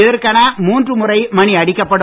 இதற்கென மூன்று முறை மணி அடிக்கப்படும்